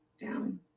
down